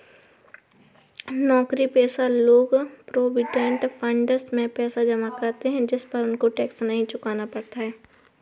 नौकरीपेशा लोग provident fund में पैसा जमा करते है जिस पर उनको टैक्स नहीं चुकाना पड़ता